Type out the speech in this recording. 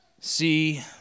See